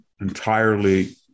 entirely